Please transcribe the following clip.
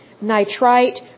nitrite